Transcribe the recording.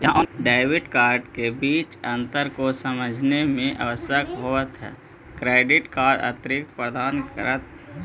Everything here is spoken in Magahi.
डेबिट कार्ड के बीच अंतर को समझे मे आवश्यक होव है क्रेडिट कार्ड अतिरिक्त प्रदान कर है?